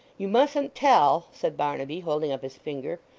you mustn't tell said barnaby, holding up his finger,